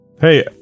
Hey